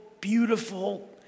beautiful